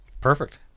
Perfect